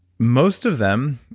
most of them,